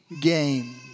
game